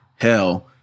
Hell